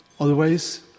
Otherwise